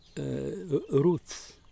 roots